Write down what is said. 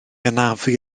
anafu